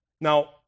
Now